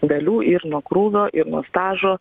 dalių ir nuo krūvio ir nuo stažo